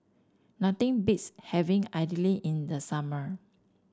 nothing beats having idly in the summer